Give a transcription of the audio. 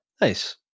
Nice